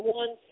one